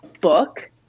book